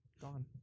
gone